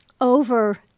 over